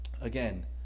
Again